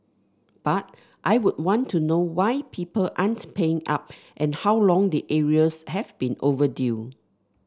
but I would want to know why people aren't paying up and how long the arrears have been overdue